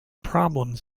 problems